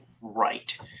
right